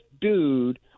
dude